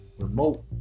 Remote